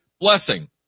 Blessing